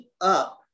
up